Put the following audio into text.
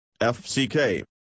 FCK